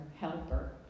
helper